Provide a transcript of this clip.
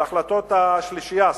על החלטות השלישייה,